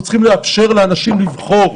אנחנו צריכים לאפשר לאנשים לבחור,